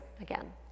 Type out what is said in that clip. again